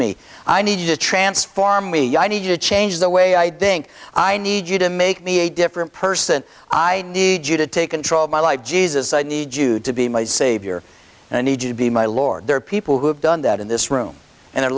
me i need to transform me you need to change the way i doing i need you to make me a different person i need you to take control of my life jesus i need you to be my savior and i need you to be my lord there are people who have done that in this room and their